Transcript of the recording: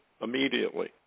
immediately